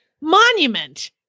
monument